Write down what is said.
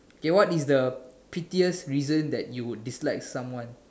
okay what is the pettiest reason that you would dislike someone